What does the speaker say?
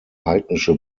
heidnische